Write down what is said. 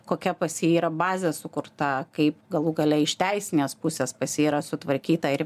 kokia pas jį yra bazė sukurta kaip galų gale iš teisinės pusės pas jį yra sutvarkyta ir